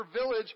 village